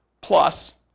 Plus